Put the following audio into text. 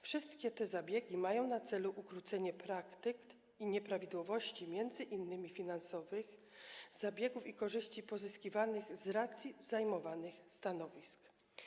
Wszystkie te zabiegi mają na celu ukrócenie praktyk i nieprawidłowości, m.in. finansowych, zabiegów i korzyści pozyskiwanych z racji zajmowanych stanowisk.